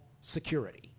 security